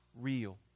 real